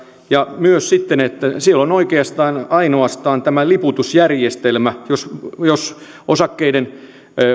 ja myös se että siellä on oikeastaan ainoastaan tämä liputusjärjestelmä jos jos osakkeiden